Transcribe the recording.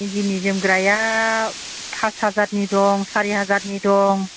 इन्दिनि जोमग्राया फास हाजारनि दं सारि हाजार नि दं